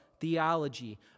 theology